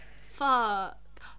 fuck